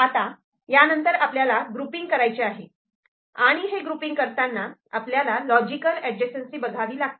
आता यानंतर आपल्याला ग्रुपिंग करायचे आहे आणि हे ग्रुपिंग करताना आपल्याला लॉजिकल अडजेसन्सी बघावी लागते